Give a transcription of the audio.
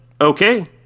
Okay